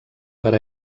per